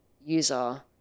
user